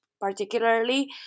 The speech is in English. particularly